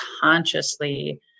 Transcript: consciously